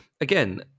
again